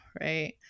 right